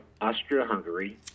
Austria-Hungary